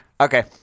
Okay